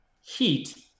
heat